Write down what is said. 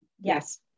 Yes